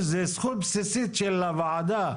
זה זכות בסיסית של הוועדה,